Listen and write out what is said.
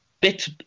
bit